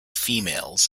females